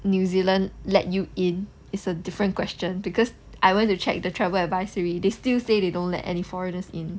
new zealand let you in it's a different question because I went to check the travel advisory they still say they don't let any foreigners in